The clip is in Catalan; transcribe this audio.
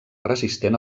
resistent